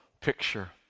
picture